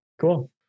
Cool